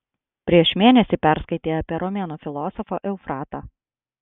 prieš mėnesį perskaitei apie romėnų filosofą eufratą